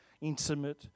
intimate